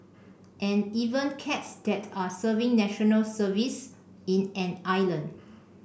and even cats that are serving National Service in an island